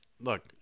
look